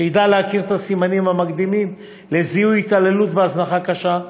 שידע להכיר את הסימנים המקדימים לזיהוי התעללות והזנחה קשה,